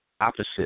opposite